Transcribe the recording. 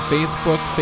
Facebook